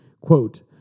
Quote